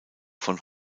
von